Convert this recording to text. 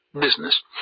business